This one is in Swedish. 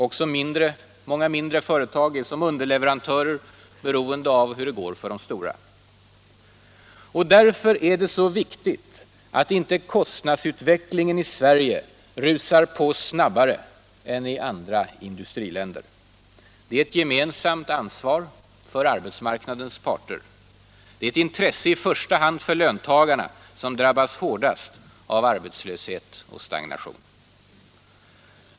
Också många mindre företag är som underleverantörer beroende av hur det går för de stora. Därför är det viktigt att inte kostnadsutvecklingen i Sverige rusar på snabbare än i andra industriländer. Det är ett gemensamt ansvar för arbetsmarknadens parter. Det är ett intresse i första hand för löntagarna, som drabbas hårdast av arbetslöshet och stagnation.